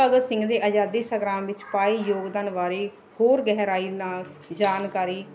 ਭਗਤ ਸਿੰਘ ਦੇ ਆਜ਼ਾਦੀ ਸੰਗਰਾਮ ਵਿੱਚ ਪਾਏ ਯੋਗਦਾਨ ਬਾਰੇ ਹੋਰ ਗਹਿਰਾਈ ਨਾਲ ਜਾਣਕਾਰੀ